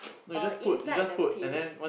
or inside the pit